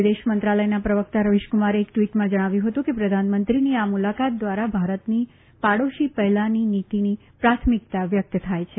વિદેશ મંત્રાલયના પ્રવક્તા રવિશકુમારે એક ટ્વીટમાં જણાવ્યું ફતું કે પ્રધાનમંત્રીની આ મુલાકાત દ્વારા ભારતની પાડોશી પહેલા નીતિની પ્રાથમિકતા વ્યક્ત થાય છે